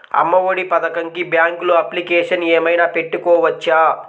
అమ్మ ఒడి పథకంకి బ్యాంకులో అప్లికేషన్ ఏమైనా పెట్టుకోవచ్చా?